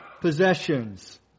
possessions